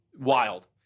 Wild